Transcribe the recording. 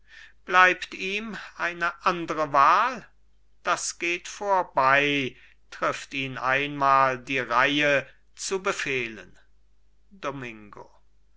bleibt ihm eine andre wahl das geht vorbei trifft ihn einmal die reihe zu befehlen domingo